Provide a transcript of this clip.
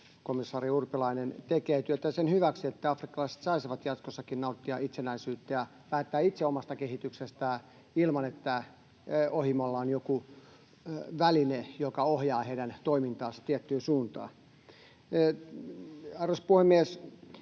että komissaari Urpilainen tekee työtä sen hyväksi, että afrikkalaiset saisivat jatkossakin nauttia itsenäisyyttä ja päättää itse omasta kehityksestään ilman, että ohimolla on joku väline, joka ohjaa heidän toimintaansa tiettyyn suuntaan. Arvoisa puhemies!